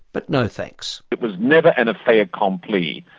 but no thanks. it was never and a fait accompli,